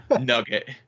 nugget